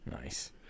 Nice